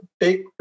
take